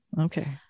Okay